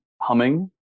humming